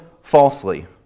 falsely